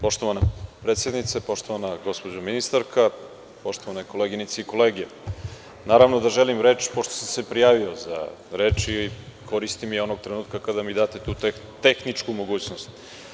Poštovana predsednice, poštovana gospođo ministarka, poštovane koleginice i kolege, naravno da želim reč, pošto sam se prijavio za reč i koristim je onog trenutka kada mi date tu tehničku mogućnost.